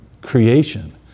creation